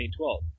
2012